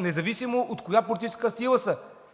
независимо от коя политическа сила са.